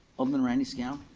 alderman randy scannell.